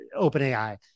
OpenAI